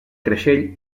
creixell